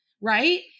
right